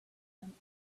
tent